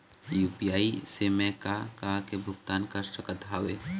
UPI से मैं का का के भुगतान कर सकत हावे?